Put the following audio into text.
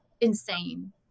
insane